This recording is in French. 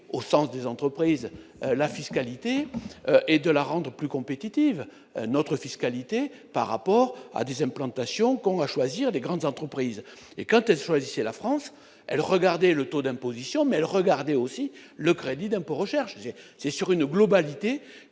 au sens des entreprises, la fiscalité et de la rendre plus compétitive, notre fiscalité par rapport à 10 implantations qu'on va choisir des grandes entreprises et quand elle choisit choisissait la France elle, regardez le taux d'imposition mais le regarder aussi le crédit d'impôt recherche c'est sur une globalité